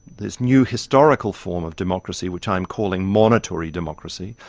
this new historical form of democracy which i'm calling monitory democracy,